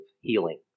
healing